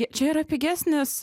čia yra pigesnis